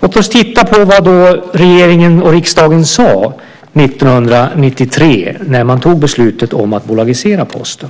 Låt oss titta på vad regeringen och riksdagen sade 1993 när man tog beslutet om att bolagisera Posten.